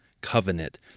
covenant